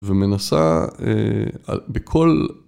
‫ומנסה בכל...